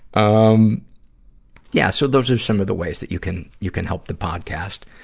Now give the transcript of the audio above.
um yeah, so those are some of the ways that you can, you can help the podcast.